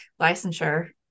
licensure